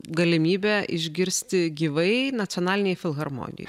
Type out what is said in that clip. galimybę išgirsti gyvai nacionalinėj filharmonijoj